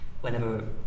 whenever